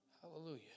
Hallelujah